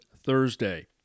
Thursday